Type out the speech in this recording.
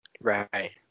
Right